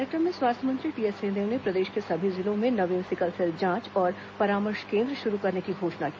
कार्यक्रम में स्वास्थ्य मंत्री टीएस सिंहदेव ने प्रदेश के सभी जिलों में नवीन सिकल सेल जांच और परामर्श केन्द्र शुरू करने की घोषणा की